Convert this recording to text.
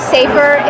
Safer